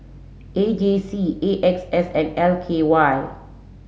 A J C A X S and L K Y